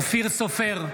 אופיר סופר,